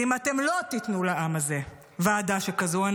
ואם אתם לא תיתנו לעם הזה ועדה שכזאת,